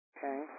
Okay